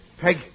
Peg